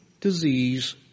disease